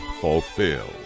fulfilled